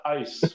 ice